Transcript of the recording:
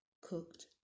cooked